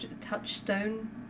Touchstone